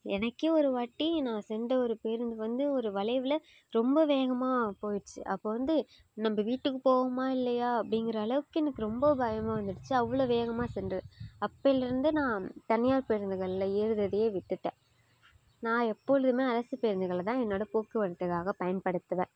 எனக்கே ஒரு வாட்டி நான் சென்ற ஒரு பேருந்து வந்து ஒரு வளைவில் ரொம்ப வேகமாக போயிடுச்சு அப்போ வந்து நம்ம வீட்டுக்கு போவோமா இல்லையா அப்படிங்குற அளவுக்கு எனக்கு ரொம்ப பயமாக வந்துடுச்சு அவ்வளோ வேகமாக சென்றது அப்போலருந்து நான் தனியார் பேருந்துகளில் ஏறுவதையே விட்டுட்டேன் நான் எப்பொழுதுமே அரசு பேருந்துகளை தான் என்னோடய போக்குவரத்துக்காக பயன்படுத்துவேன்